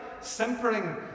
simpering